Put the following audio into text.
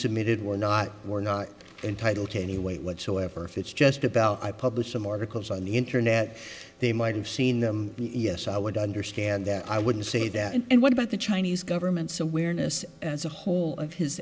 submitted were not were not entitle to any way whatsoever it's just about i published some articles on the internet they might have seen them yes i would understand that i wouldn't say that and what about the chinese government's awareness as a whole of his